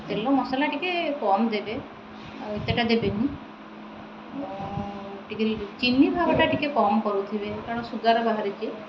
ତେଲ ମସଲା ଟିକେ କମ୍ ଦେବେ ଆଉ ଏତେଟା ଦେବେନି ଟିକେ ଚିନି ଭାଗଟା ଟିକେ କମ୍ କରୁଥିବେ କାରଣ ସୁଗାର ବାହାରିଛି